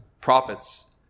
prophets